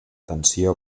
tensió